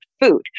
food